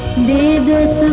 name